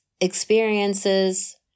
experiences